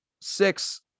Six